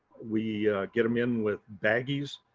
we get them in with baggies.